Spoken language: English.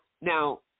Now